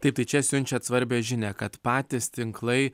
taip tai čia siunčiat svarbią žinią kad patys tinklai